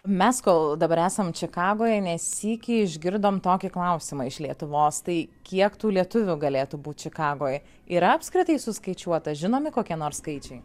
mes kol dabar esam čikagoj ne sykį išgirdom tokį klausimą iš lietuvos tai kiek tų lietuvių galėtų būt čikagoj yra apskritai suskaičiuota žinomi kokie nors skaičiai